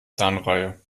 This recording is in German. zahnreihe